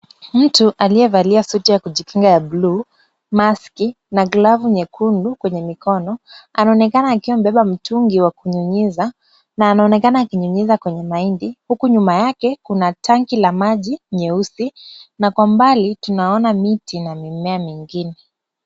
Mtu aliyevalia suti ya kujikinga ya buluu ,maski na glavu nyekundu kwenye mikono anaonekana akiwa amebeba mtungi wa kunyunyiza na anaonekana akinyunyiza kwenye mahindi huku nyuma yake kuna tanki la maji nyeusi na kwa mbali tunaona miti na mimea mingine.